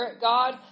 God